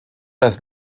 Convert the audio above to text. das